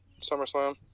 SummerSlam